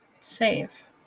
Save